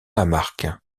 lamarque